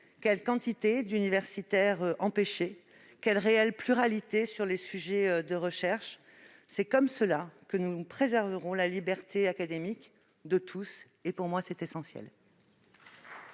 quelle quantité d'universitaires empêchés, quelle réelle pluralité sur les sujets de recherche ? C'est en affrontant ces questions que nous préserverons la liberté académique de tous, ce qui est essentiel